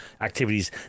activities